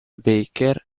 baker